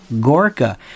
Gorka